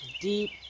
deep